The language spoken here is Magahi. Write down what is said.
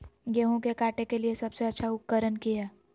गेहूं के काटे के लिए सबसे अच्छा उकरन की है?